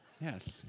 Yes